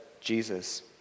Jesus